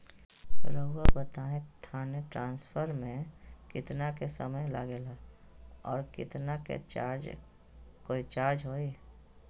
रहुआ बताएं थाने ट्रांसफर में कितना के समय लेगेला और कितना के चार्ज कोई चार्ज होई?